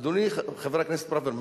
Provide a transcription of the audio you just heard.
אדוני חבר הכנסת ברוורמן,